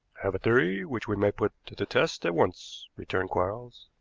have a theory which we may put to the test at once, returned quarles.